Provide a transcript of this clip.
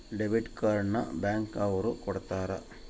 debit card ನ bank ಅವ್ರು ಕೊಡ್ತಾರ